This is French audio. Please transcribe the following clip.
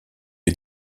est